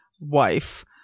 wife